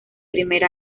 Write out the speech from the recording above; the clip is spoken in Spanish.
primer